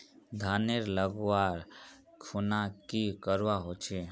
धानेर लगवार खुना की करवा होचे?